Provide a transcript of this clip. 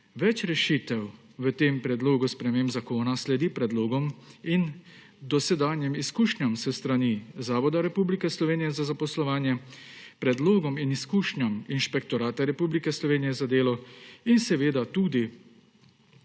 Več rešitev v tem predlogu sprememb zakona sledi predlogom in dosedanjim izkušnjam s strani Zavoda Republike Slovenije za zaposlovanje, predlogom in izkušnjam Inšpektorata Republike Slovenije za delo in ima tudi